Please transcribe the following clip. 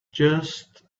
just